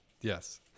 Yes